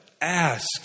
Ask